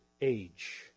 age